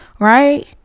right